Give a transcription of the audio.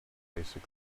basic